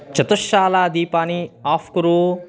चतुश्शाला दीपानि आफ़् कुरु